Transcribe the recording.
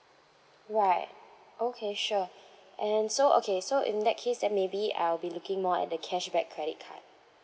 what okay sure and so okay so in that case then maybe I'll be looking more at the cashback credit card